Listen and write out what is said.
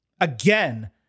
again